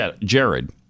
Jared